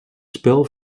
spel